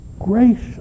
gracious